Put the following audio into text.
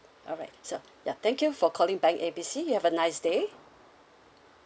alright sure ya thank you for calling bank A B C you have a nice day